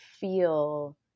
feel